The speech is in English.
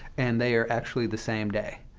and they are actually the same day,